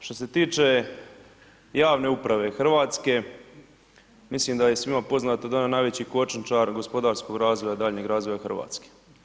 Što se tiče javne uprave Hrvatske mislim da je svima poznato da je ona najveći kočničar gospodarskog razvoja, daljnjeg razvoja Hrvatske.